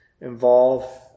involve